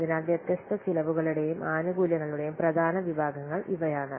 അതിനാൽ വ്യത്യസ്ത ചെലവുകളുടെയും ആനുകൂല്യങ്ങളുടെയും പ്രധാന വിഭാഗങ്ങൾ ഇവയാണ്